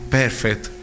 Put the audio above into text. perfect